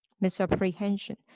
misapprehension